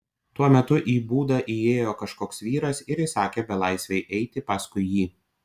tuo metu į būdą įėjo kažkoks vyras ir įsakė belaisvei eiti paskui jį